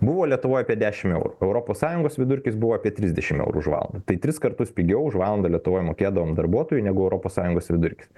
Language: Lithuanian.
buvo lietuvoj apie dešim eurų europos sąjungos vidurkis buvo apie trisdešim eurų už valandą tai tris kartus pigiau už valandą lietuvoj mokėdavom darbuotojui negu europos sąjungos vidurkis